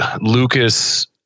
Lucas